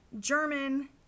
German